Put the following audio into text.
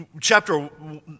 Chapter